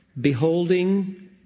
beholding